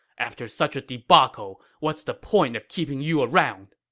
after such a debacle, what's the point of keeping you around!